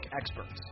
experts